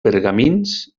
pergamins